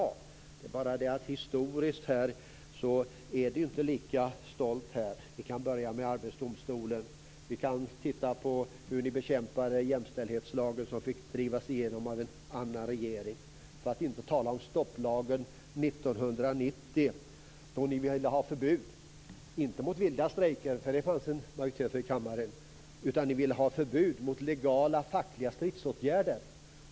Det är bara det att man inte kan vara lika stolt historiskt. Vi kan börja med Arbetsdomstolen. Vi kan titta på hur ni bekämpade jämställdhetslagen, som fick drivas igenom av en annan regering. Vi skall inte tala om stopplagen från 1990. Ni ville ha förbud inte mot vilda strejker, för det fanns det en majoritet för i kammaren, utan mot legala fackliga stridsåtgärder.